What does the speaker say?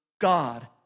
God